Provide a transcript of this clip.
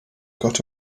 got